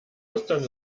ostern